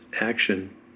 action